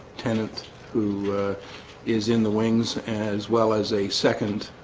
tenant who is in the wings as well as a second?